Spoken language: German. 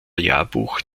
jahrbuch